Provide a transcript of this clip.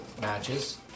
matches